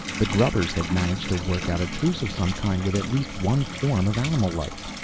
the grubbers had managed to work out a truce of some kind with at least one form of animal life.